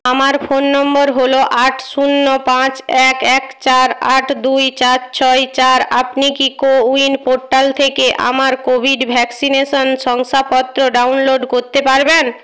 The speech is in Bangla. আমার ফোন নম্বর হল আট শূন্য পাঁচ এক এক চার আট দুই চার ছয় চার আপনি কি কোউইন পোর্টাল থেকে আমার কোভিড ভ্যাকসিনেশন শংসাপত্র ডাউনলোড করতে পারবেন